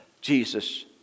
Jesus